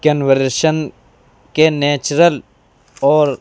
conversion کے natural اور